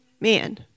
man